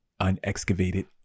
unexcavated